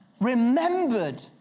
remembered